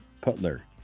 Putler